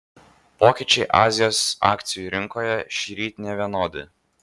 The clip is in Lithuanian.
pokyčiai azijos akcijų rinkoje šįryt nevienodi